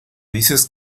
dices